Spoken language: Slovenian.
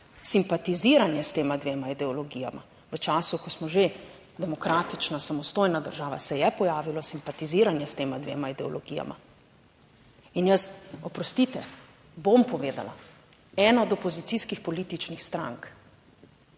simpatiziranje s tema dvema ideologijama, v času, ko smo že demokratična samostojna država se je pojavilo simpatiziranje s tema dvema ideologijama. In jaz, oprostite, bom povedala, ena od opozicijskih političnih strank,